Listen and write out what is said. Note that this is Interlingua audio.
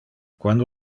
quando